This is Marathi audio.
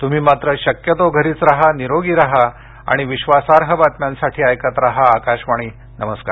तुम्ही मात्र शक्यतो घरीच राहा निरोगी राहा आणि विश्वासार्ह बातम्यांसाठी ऐकत राहा आकाशवाणी नमस्कार